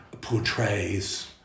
portrays